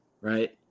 right